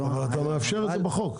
אבל אתה מאפשר את זה בחוק.